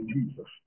Jesus